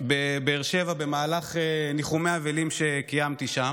הייתי בבאר שבע במהלך ניחומי אבלים שקיימתי שם,